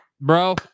bro